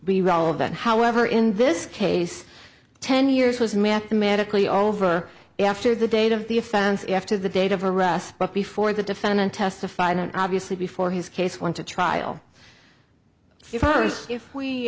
be relevant however in this case ten years was mathematically over after the date of the offense after the date of arrest but before the defendant testified obviously before his case went to trial